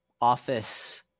office